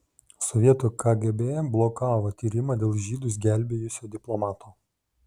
sovietų kgb blokavo tyrimą dėl žydus gelbėjusio diplomato